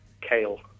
Kale